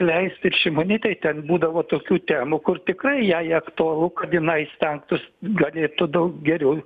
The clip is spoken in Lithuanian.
leist ir šimonytei ten būdavo tokių temų kur tikrai jai aktualu kad jinai stengtųs galėtų daug geriau